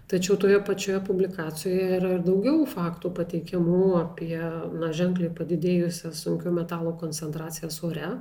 tačiau toje pačioje publikacijoje ir daugiau faktų pateikiamų apie na ženkliai padidėjusias sunkių metalų koncentracijas ore